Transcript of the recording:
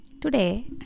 Today